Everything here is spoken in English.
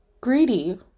greedy